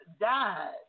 died